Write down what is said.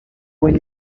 when